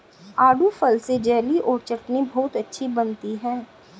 आड़ू फल से जेली और चटनी बहुत अच्छी बनती है